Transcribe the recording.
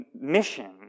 mission